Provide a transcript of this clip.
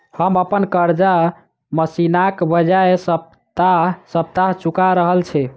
हम अप्पन कर्जा महिनाक बजाय सप्ताह सप्ताह चुका रहल छि